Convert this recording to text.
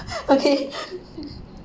okay